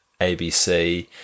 ABC